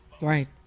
Right